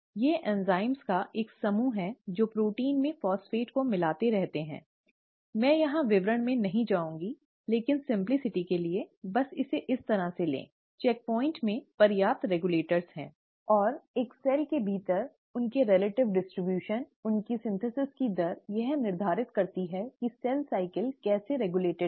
ये एंजाइमों का एक समूह है जो प्रोटीन में फॉस्फेट को मिलाते रहते हैं मैं यहां विवरण में नहीं जाऊंगी लेकिन सिंपलीसिटी के लिए बस इसे इस तरह से लें चेकपॉइंट में पर्याप्त रेगुलेटर हैं और एक सेल के भीतर उनके सापेक्ष वितरण उनकी संश्लेषण की दर यह निर्धारित करती है कि सेल साइकिल कैसे रेगुलेटेड है